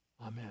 Amen